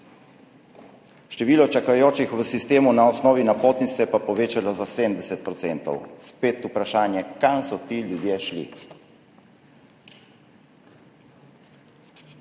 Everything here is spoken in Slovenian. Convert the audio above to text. število čakajočih v sistemu na osnovi napotnice se je pa povečalo za 70 %. Spet vprašanje, kam so ti ljudje šli.